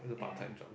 ya